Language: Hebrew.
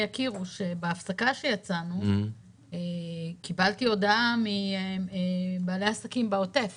בהפסקה קיבלתי הודעה מבעלי עסקים בעוטף